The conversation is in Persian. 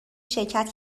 شرکت